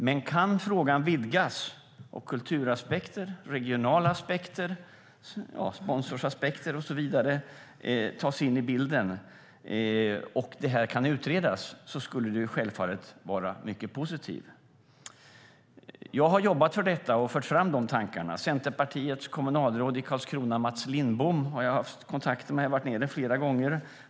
Men om frågan kan vidgas så att kulturaspekter, regionala aspekter, sponsoraspekter och så vidare tas in i bilden och så att det här utreds skulle det självfallet vara mycket positivt. Jag har jobbat för detta och fört fram de tankarna. Centerpartiets kommunalråd i Karlskrona, Mats Lindbom, har jag haft kontakt med; jag har varit nere flera gånger.